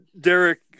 Derek